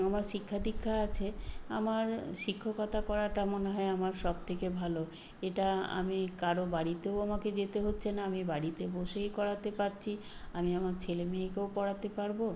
আমার শিক্ষা দীক্ষা আছে আমার শিক্ষকতা করাটা মনে হয় আমার সবথেকে ভালো এটা আমি কারো বাড়িতেও আমাকে যেতে হচ্ছে না আমি বাড়িতে বসেই করাতে পারছি আমি আমার ছেলে মেয়েকেও পড়াতে পারবো